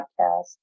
podcast